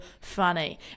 funny